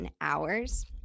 hours